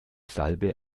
salbe